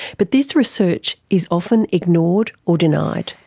but this research is often ignored or denied.